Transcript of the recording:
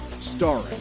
starring